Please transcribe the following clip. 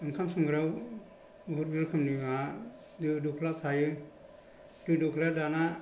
ओंखाम संग्रायाव बहुत रोखोमनि माबा दो दोख्ला थायो दो दोख्ला दाना